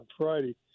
Friday